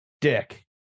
dick